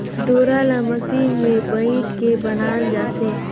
डोरा ल मसीन मे बइट के बनाल जाथे